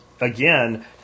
again